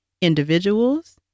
individuals